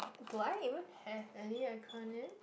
do I even have any acronym